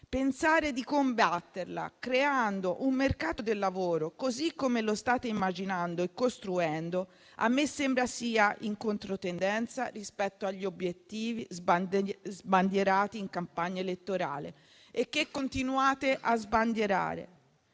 pensare di combatterla, creando un mercato del lavoro così come lo state immaginando e costruendo, a me sembra sia in controtendenza rispetto agli obiettivi sbandierati in campagna elettorale e che continuate a sbandierare.